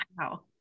Wow